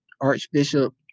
Archbishop